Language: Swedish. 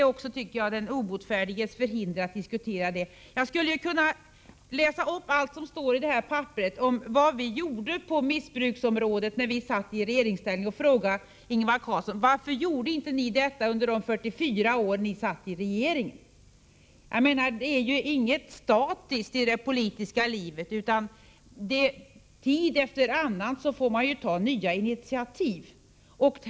Ja, kära hjärtanes, det är den obotfärdiges förhinder att gjorde på missbruksområdet när vi satt i regeringsställning och fråga Ingvar Carlsson: Varför gjorde inte ni detta under de 44 år ni hade regeringsmakten? Det politiska livet är ju ingenting statiskt, utan tid efter annan får man ta nya initiativ.